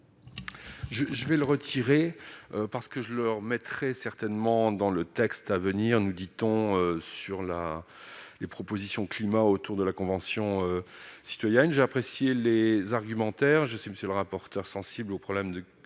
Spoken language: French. je vais le retirer parce que je leur mettrais certainement dans le texte à venir, nous dit-on, sur la les propositions climat autour de la Convention citoyenne, j'ai apprécié les argumentaires, je sais, monsieur le rapporteur, sensible aux problèmes de qualité